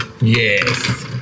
Yes